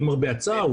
למרבה הצער,